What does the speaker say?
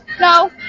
No